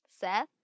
Seth